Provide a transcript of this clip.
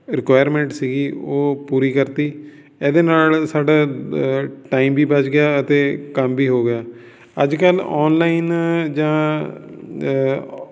requirement ਸੀਗੀ ਉਹ ਪੂਰੀ ਕਰਤੀ ਇਹਦੇ ਨਾਲ ਸਾਡਾ ਟਾਈਮ ਵੀ ਬਚ ਗਿਆ ਅਤੇ ਕੰਮ ਵੀ ਹੋ ਗਿਆ ਅੱਜ ਕੱਲ ਔਨਲਾਈਨ ਜਾਂ